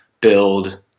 build